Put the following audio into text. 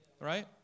right